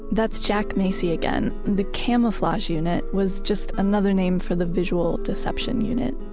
that's jack masey again. the camouflage unit was just another name for the visual deception unit,